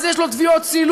אז יש לו תביעות סילוק,